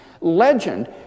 Legend